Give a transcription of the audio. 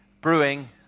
brewing